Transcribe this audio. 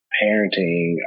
parenting